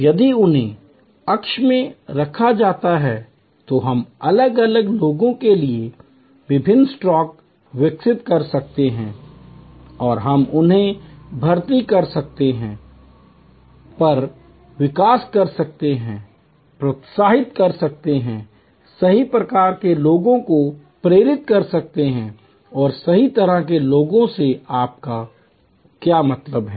यदि उन्हें अक्ष में रखा जाता है तो हम अलग अलग लोगों के लिए विभिन्न स्ट्रोक विकसित कर सकते हैं और हम उन्हें भर्ती कर सकते हैं कर सकते हैं विकास कर सकते हैं प्रोत्साहित कर सकते हैं सही प्रकार के लोगों को प्रेरित कर सकते हैं और सही तरह के लोगों से आपका क्या मतलब है